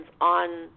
on